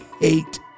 hate